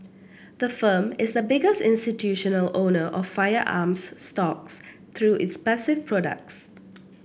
the firm is the biggest institutional owner of firearms stocks through its passive products